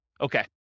Okay